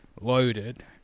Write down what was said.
loaded